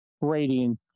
rating